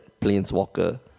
planeswalker